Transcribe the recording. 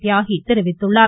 தியாகி தெரிவித்துள்ளார்